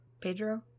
Pedro